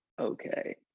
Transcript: okay